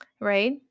right